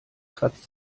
kratzt